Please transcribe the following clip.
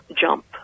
jump